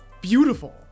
beautiful